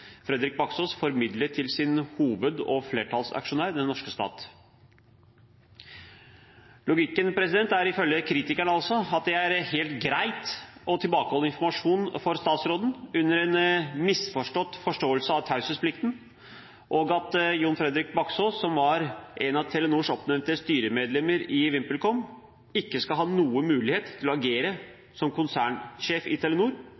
Fredrik Baksaas formidlet til sin hoved- og flertallsaksjonær, den norske stat. Logikken er, ifølge kritikerne, at det er helt greit å tilbakeholde informasjon for statsråden under en misforstått forståelse av taushetsplikten, og at Jon Fredrik Baksaas, som var et av Telenors oppnevnte styremedlemmer i VimpelCom, ikke skal ha noen mulighet til å agere som konsernsjef i Telenor